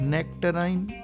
Nectarine